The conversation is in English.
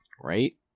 Right